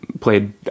played